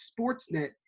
Sportsnet